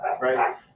right